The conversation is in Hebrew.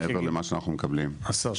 השר,